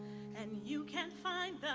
and you can find the